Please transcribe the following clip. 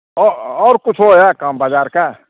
अऽ आओर कुछो अहि काम बजारके